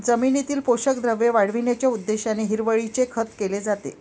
जमिनीतील पोषक द्रव्ये वाढविण्याच्या उद्देशाने हिरवळीचे खत केले जाते